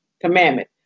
commandment